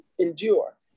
endure